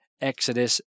Exodus